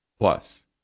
Plus